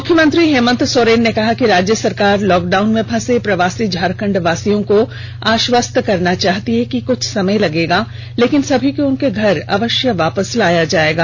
मुख्यमंत्री हेमन्त सोरेन ने कहा कि राज्य सरकार लॉकडाउन में फंसे प्रवासी झारखण्डवासियों को आश्वस्त करना चाहती है कि कुछ समय लगेगा लेकिन सभी को उनके घर अवश्य वापस लाया जाएगा